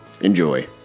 Enjoy